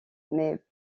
mais